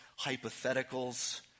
hypotheticals